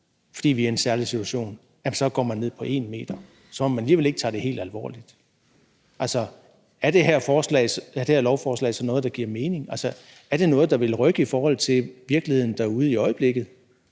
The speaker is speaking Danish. fordi vi er i en særlig situation, men så går ned på 1 meter, som om man alligevel ikke tager det helt alvorligt. Er det her lovforslag så noget, der giver mening? Er det noget, der vil rykke i forhold til virkeligheden derude i øjeblikket?